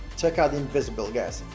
check out the invisible guest,